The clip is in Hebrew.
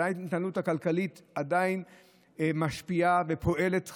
עדיין ההתנהלות הכלכלית משפיעה ופועלת חזק,